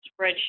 spreadsheet